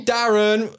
Darren